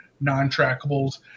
non-trackables